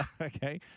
Okay